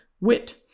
wit